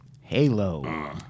Halo